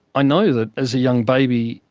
i know that, as a young baby,